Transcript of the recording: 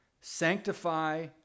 sanctify